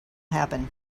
happen